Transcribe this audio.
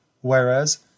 whereas